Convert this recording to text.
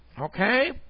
Okay